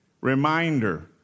Reminder